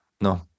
no